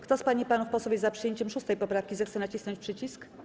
Kto z pań i panów posłów jest za przyjęciem 6. poprawki, zechce nacisnąć przycisk.